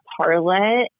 Parlet